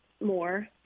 more